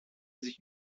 sich